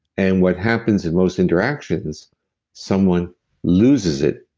and what happens in most interactions someone loses it?